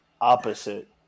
opposite